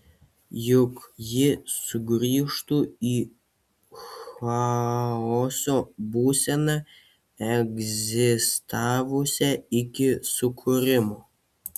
juk ji sugrįžtų į chaoso būseną egzistavusią iki sukūrimo